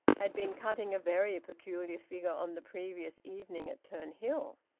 had been cutting a very peculiar figure on the previous evening at turnhill.